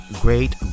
great